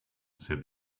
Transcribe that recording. said